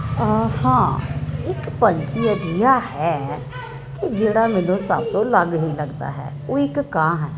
ਹਾ ਇੱਕ ਪੰਛੀ ਅਜੀਆ ਹੈ ਕਿ ਜਿਹੜਾ ਮੈਨੂੰ ਸਭ ਤੋਂ ਅਲੱਗ ਹੀ ਲੱਗਦਾ ਹੈ ਉਹ ਇੱਕ ਕਾਂ ਹੈ